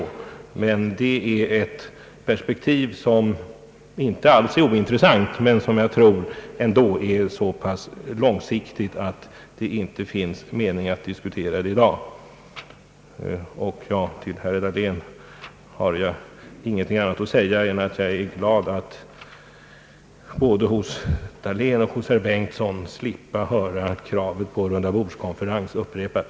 Det är ett perspektiv, som inte alls är ointressant men som ändå är så pass långsiktigt att det inte finns någon mening i att diskutera det i dag. Till herr Dahlén har jag intet annat att säga än att jag är glad över att både från herr Dahlén och herr Bengtson slippa höra kravet på en rundabordskonferens upprepat.